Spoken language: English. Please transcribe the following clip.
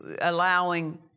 Allowing